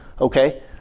Okay